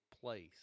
place